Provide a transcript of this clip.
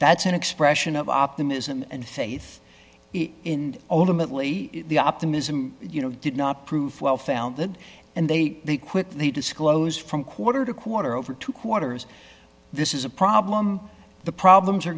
that's an expression of optimism and faith in ultimately the optimism you know did not prove well founded and they quickly disclose from quarter to quarter over two quarters this is a problem the problems are